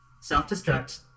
self-destruct